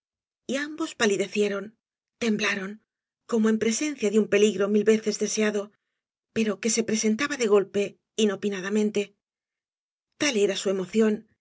y ambos palidecieron temblaron como en presencia de un peligro mil v blasco ibñbs veces deseado pero que se presentaba de golpe inopinadamente tal era su emoclóo